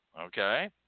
Okay